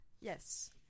Yes